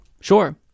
sure